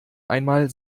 einmal